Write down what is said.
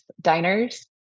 diners